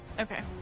Okay